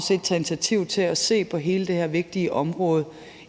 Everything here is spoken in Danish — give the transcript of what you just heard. set taget initiativ til at se på hele det her vigtige område,